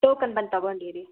token ಬಂದು ತಗೊಂಡಿರಿ